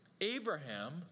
Abraham